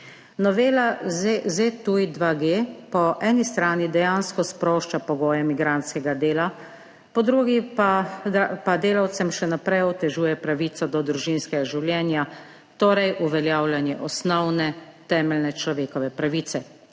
Novela ZTuj-2G po eni strani dejansko sprošča pogoje migrantskega dela, po drugi pa delavcem še naprej otežuje pravico do družinskega življenja, torej uveljavljanje osnovne temeljne človekove pravice.